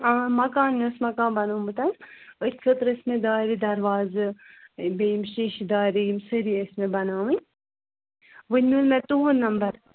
آ مکانس مکان بَنومُت أتھۍ خٲطرٕ ٲسۍ مےٚ دارِ دَروازٕ بیٚیہِ یِم شیٖشہِ دارِ یِم سٲری ٲسۍ مےٚ بَناوٕنۍ ؤنہِ میٛوٗل مےٚ تُہُنٛد نمبر